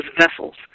vessels